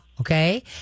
Okay